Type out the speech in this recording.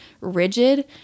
rigid